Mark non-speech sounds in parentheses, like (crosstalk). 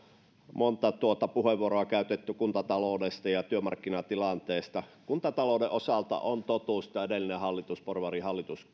monta puheenvuoroa käytetty kuntataloudesta ja työmarkkinatilanteesta kuntatalouden osalta on kumminkin totuus että edellinen hallitus porvarihallitus (unintelligible)